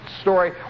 story